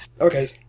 Okay